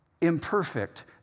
imperfect